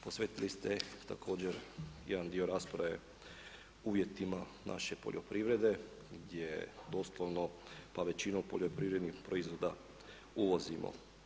Posvetili ste također jedan dio rasprave uvjetima naše poljoprivrede gdje doslovno, pa većina poljoprivrednih proizvoda uvozimo.